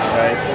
right